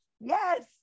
Yes